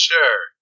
Sure